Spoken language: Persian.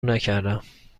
نکردم